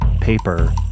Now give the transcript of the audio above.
paper